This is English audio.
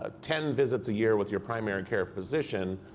ah ten visits a year with your primary care physician,